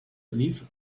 leave